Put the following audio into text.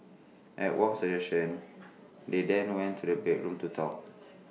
at Wong's suggestion they then went to the bedroom to talk